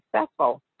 successful